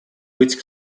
быть